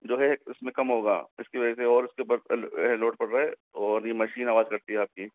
जो है उसमें कम होगा इसकी वजह से और उसके उपर लोड पड़ रहा है और यह मशीन आवाज करती है आपकी